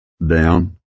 Down